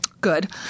Good